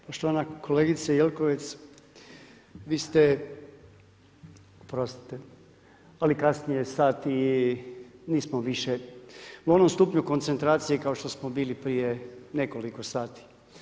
Poštovana kolegice Jelkovec, znači, vi ste, oprostite, ali kasni je sat i nismo više u onom stupnju koncentracije, kao što smo bili prije nekoliko sati.